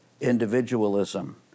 individualism